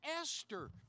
Esther